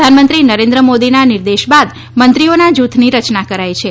પ્રધાનમંત્રી નરેન્દ્ર મોદીના નિર્દેશ બાદ મંત્રીઓના જૂથની રચના કરાઇ છે